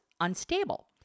unstable